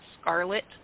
scarlet